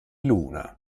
luna